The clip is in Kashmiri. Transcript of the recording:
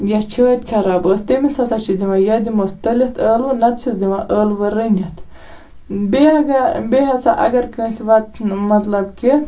یا چھٲت خَراب ٲسۍ تٔمِس ہَسا چھِ أسۍ دِوان یا دِمہوس تٔلِتھ ٲلوٕ نَتہٕ چھِس دِوان ٲلوٕ رٔنِتھ بیٚیہِ اَگَر بیٚیہِ ہَسا اَگَر کٲنٛسہِ وَت مَطلَب کہِ